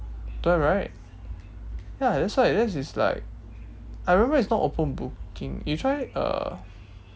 don't have right ya that's why this is like I remember it's not open booking you try uh